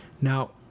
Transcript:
Now